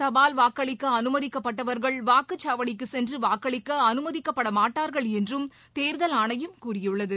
தபால் வாக்களிக்க அனுமதிக்கப்பட்டவர்கள் வாக்குச்சாவடிக்கு சென்று வாக்களிக்க அனுமதிக்கப்படமாட்டார்கள் என்றும் தேர்தல் ஆணையம் கூறியுள்ளது